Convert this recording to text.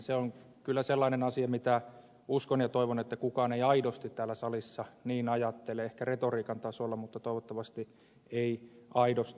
se on kyllä sellainen asia mistä uskon ja toivon että kukaan ei aidosti täällä salissa niin ajattele ehkä retoriikan tasolla mutta toivottavasti ei aidosti